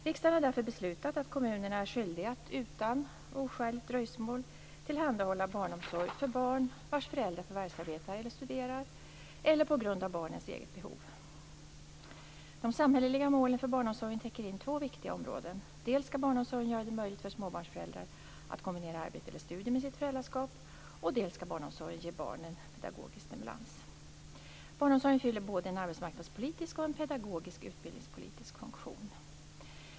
Riksdagen har därför beslutat att kommunerna är skyldiga att utan oskäligt dröjsmål tillhandahålla barnomsorg för barn vars föräldrar förvärvsarbetar eller studerar eller på grund av barnens eget behov. De samhälleliga målen för barnomsorgen täcker in två viktiga områden, dels skall barnomsorgen göra det möjligt för småbarnsföräldrar att kombinera arbete eller studier med sitt föräldraskap, dels skall barnomsorgen ge barnen pedagogisk stimulans. Barnomsorgen fyller både en arbetsmarknadspolitiks och en pedagogisk/utbildningspolitisk funktion.